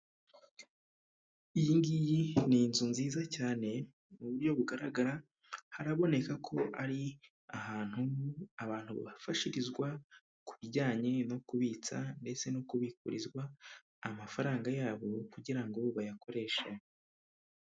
Iyi ngiyi ni inzu nziza cyane mu buryo bugaragara, haraboneka ko ari ahantu abantu bafashirizwa ku bijyanye no kubitsa ndetse no kubikurizwa amafaranga yabo kugira ngo bayakoreshe.